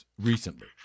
recently